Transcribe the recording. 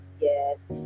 yes